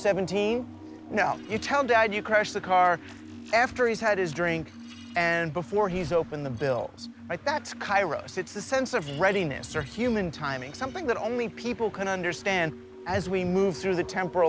seventeen now you tell dad you crash the car after he's had his drink and before he's open the bill that's kairos it's the sense of readiness or human timing something that only people can understand as we move through the temp